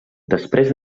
després